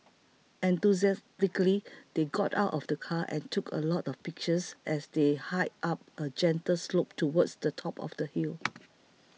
enthusiastically they got out of the car and took a lot of pictures as they hiked up a gentle slope towards the top of the hill